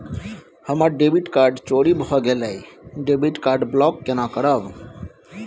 हमर debit card चोरी भगेलै डेबिट कार्ड ब्लॉक केना करब?